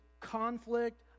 conflict